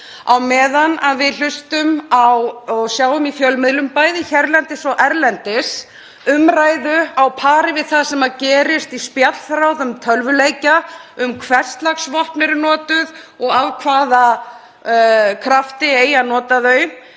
á meðan við hlustum á og sjáum í fjölmiðlum, bæði hérlendis og erlendis, umræðu á pari við það sem gerist á spjallþráðum tölvuleikja um það hvers lags vopn eru notuð og af hvaða krafti eigi að nota þau.